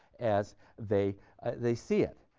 as they they see it.